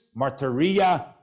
martyria